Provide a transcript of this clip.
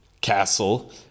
Castle